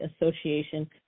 Association